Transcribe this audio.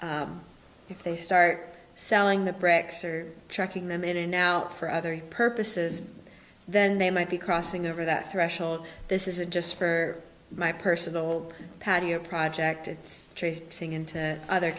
yard if they start selling the bricks or checking them in and now for other purposes then they might be crossing over that threshold this isn't just for my personal patio project it's traipsing into other